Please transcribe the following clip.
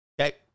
okay